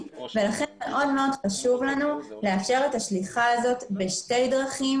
ולכן מאוד מאוד חשוב לנו לאפשר את השליחה הזאת בשתי דרכים,